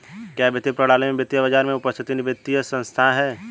क्या वित्तीय प्रणाली वित्तीय बाजार में उपस्थित वित्तीय संस्थाएं है?